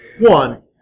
One